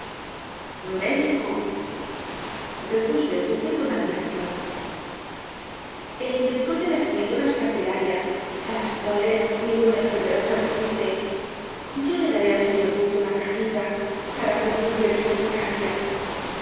médico repuso el duque con admiración el inventor de las pildoras cartelarias á las cuales ninguna enfermedad se resiste yo le daré al señor duque una cajita para que juzgue de su eficacia